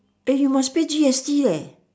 eh you must pay G_S_T leh